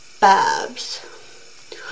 Babs